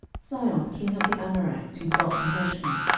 sihon king of the amorites, who dwelt in heshbon,